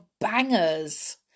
bangers